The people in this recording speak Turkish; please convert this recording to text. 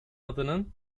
adının